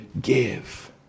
give